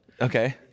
Okay